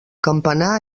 campanar